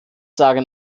sage